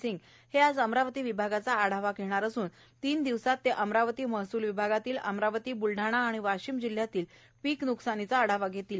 सिंग हे आज अमरावती विभागाचा आढावा घेणार असून तिन दिवसात ते अमरावती महसूल विभागातील अमरावती ब्लठाणा आणि वाशिम जिल्हयातील पीक न्कसानीचा आढावा घेणार आहे